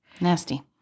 Nasty